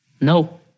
No